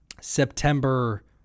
September